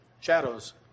shadows